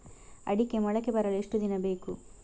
ಅಡಿಕೆ ಮೊಳಕೆ ಬರಲು ಎಷ್ಟು ದಿನ ಬೇಕು?